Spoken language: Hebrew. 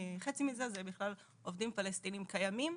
מזה אלה בכלל עובדים פלסטינים קיימים,